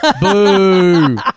boo